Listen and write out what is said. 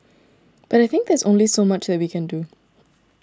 but I think there's only so much that we can do